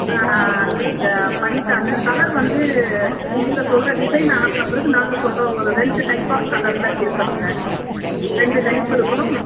ஆ நீங்கள் பண்ணித்தாங்க கலர் வந்து இவங்க சொல்லுற டிசைன் அனுப்பின பிறகு நாங்கள் சொல்லுறோம் ஒரு ரெண்டு டைப் ஆஃப் கலரில் இருக்கணுங்க ரெண்டு டைப் இருக்கணும்